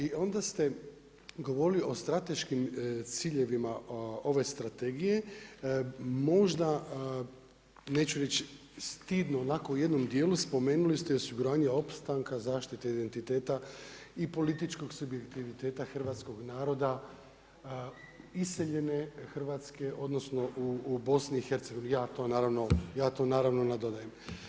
I onda ste govorili o strateškim ciljevima ove strategije, možda, neću reći, stidno onako u jednom dijelu spomenuli ste osiguranje opstanka, zaštite identiteta i političko … hrvatskog naroda, iseljene Hrvatske, odnosno u BIH, ja to naravno nadodajem.